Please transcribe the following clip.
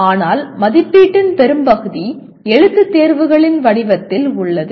ஆனால் மதிப்பீட்டின் பெரும்பகுதி எழுத்துத் தேர்வுகளின் வடிவத்தில் உள்ளது